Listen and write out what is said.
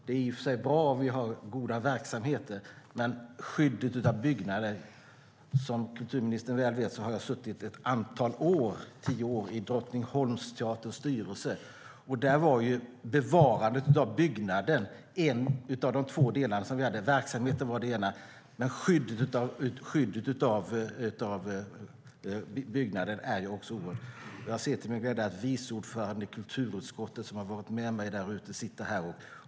Det är i och för sig bra med goda verksamheter, men skyddet av byggnader får inte negligeras. Som kulturministern vet har jag suttit tio år i Drottningholmsteaterns styrelse. Där var bevarandet av byggnaden en av de två delar vi hade - verksamheten var den andra. Skyddet av byggnaden är oerhört viktigt. Jag ser till min glädje att viceordföranden i kulturutskottet, som har varit med mig där ute, sitter här.